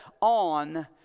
on